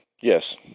yes